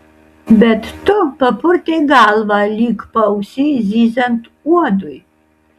bet tu papurtei galvą lyg paausy zyziant uodui